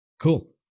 cool